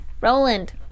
Roland